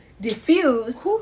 diffuse